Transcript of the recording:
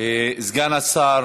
סגן השר